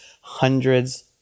hundreds